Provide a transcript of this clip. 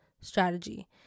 strategy